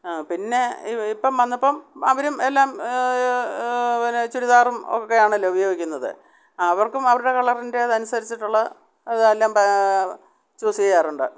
ആ പിന്നെ ഇപ്പം വന്നപ്പം അവരും എല്ലാം പിന്നെ ചുരിദാറും ഒക്കെ ആണല്ലോ ഉപയോഗിക്കുന്നത് അവർക്കും അവരുടെ കളറിൻറേത് അനുസരിച്ചിട്ടുള്ള ഇതെല്ലാം പ് ചൂസ് ചെയ്യാറുണ്ട്